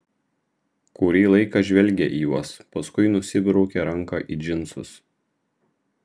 kurį laiką žvelgė į juos paskui nusibraukė ranką į džinsus